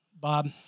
Bob